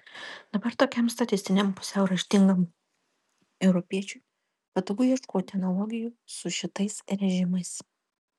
dabar tokiam statistiniam pusiau raštingam europiečiui patogu ieškoti analogijų su šitais režimais